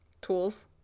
tools